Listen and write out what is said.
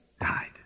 died